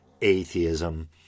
atheism